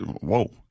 Whoa